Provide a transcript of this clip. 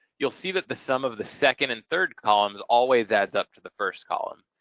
you'll see that the sum of the second and third columns always adds up to the first column,